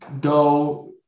go